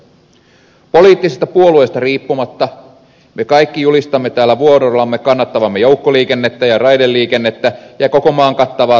poliittisista puolueista riippumatta me kaikki julistamme täällä vuorollamme kannattavamme joukkoliikennettä ja raideliikennettä ja koko maan kattavaa tasokasta liikenneverkkoa